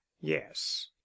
yes